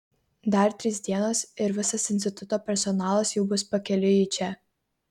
dar trys dienos ir visas instituto personalas jau bus pakeliui į čia